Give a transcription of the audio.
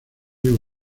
vivo